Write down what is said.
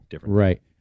Right